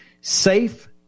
safe